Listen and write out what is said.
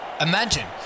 Imagine